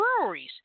breweries